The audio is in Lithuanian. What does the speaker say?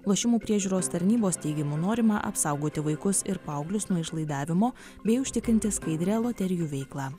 lošimų priežiūros tarnybos teigimu norima apsaugoti vaikus ir paauglius nuo išlaidavimo bei užtikrinti skaidrią loterijų veiklą